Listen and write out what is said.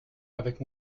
avec